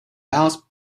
belts